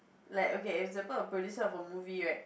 like okay is the part of the producer of a movie right